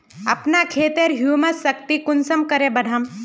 अपना खेतेर ह्यूमस शक्ति कुंसम करे बढ़ाम?